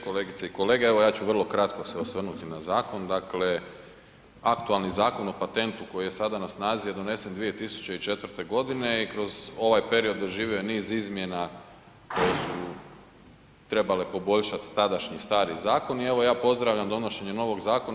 Kolegice i kolege, evo ja ću vrlo kratko se osvrnuti na zakon, dakle aktualni Zakon o patentu koji je sada na snazi je donesen 2004. godine i kroz ovaj period doživio je niz izmjena koje su trebale poboljšati tadašnji stari zakon i evo ja pozdravljam donošenje novog zakona.